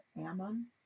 Ammon